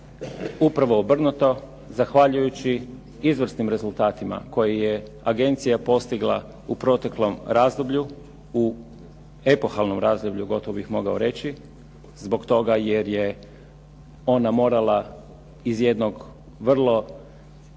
Upravo obrnuto. Zahvaljujući izvrsnim rezultatima koje je agencija postigla u proteklom razdoblju, u epohalnom razdoblju gotovo bih mogao reći zbog toga jer je ona morala iz jednog vrlo